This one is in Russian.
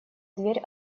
дверь